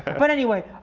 but anyway,